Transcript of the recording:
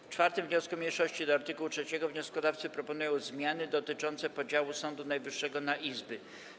W 4. wniosku mniejszości do art. 3 wnioskodawcy proponują zmiany dotyczące podziału Sądu Najwyższego na izby.